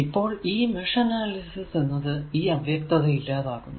അപ്പോൾ ഈ mesh analysis എന്നത് ഈ അവ്യക്തത ഇല്ലാതാക്കുന്നു